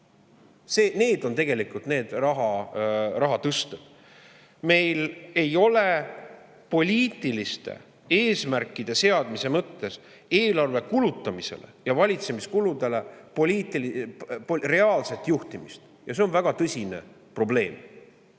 Need on tegelikult need rahatõsted. Meil ei ole poliitiliste eesmärkide seadmise mõttes eelarve kulutamise ja valitsemiskulude reaalset juhtimist ja see on väga tõsine probleem.